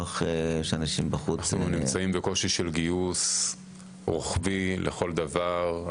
אנחנו נמצאים בקושי של גיוס רוחבי לכל דבר.